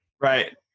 right